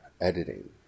editing